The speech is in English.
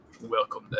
Welcome